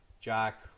Jack